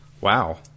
Wow